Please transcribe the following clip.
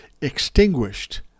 extinguished